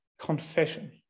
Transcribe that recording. confession